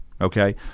okay